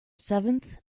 seventh